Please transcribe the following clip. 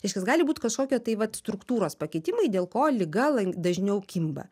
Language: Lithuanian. reiškias gali būt kažkokie tai vat struktūros pakitimai dėl ko liga dažniau kimba